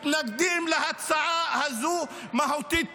אנחנו מתנגדים להצעה הזו מהותית,